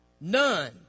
None